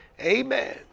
Amen